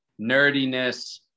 nerdiness